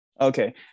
Okay